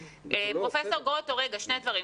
פרופסור גרוטו, שני דברים.